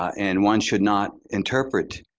and one should not interpret,